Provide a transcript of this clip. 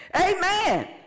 Amen